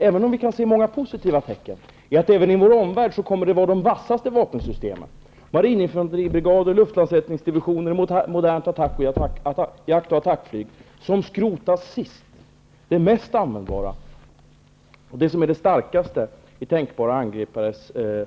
Även om vi kan se många positiva tecken skall vi komma ihåg att det även i vår omvärld kommer att vara de vassaste vapensystemen -- marininfanteribrigader, luftlandsättningsdivisioner, modernt jakt och attackflyg -- som kommer att skrotas sist, de som är mest användbara och starka som försvar mot en tänkbar angripare.